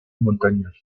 montañosa